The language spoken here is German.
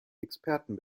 experten